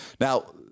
Now